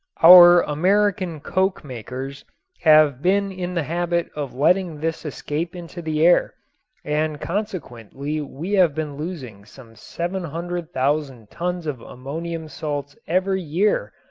our american coke-makers have been in the habit of letting this escape into the air and consequently we have been losing some seven hundred thousand tons of ammonium salts every year,